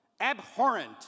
abhorrent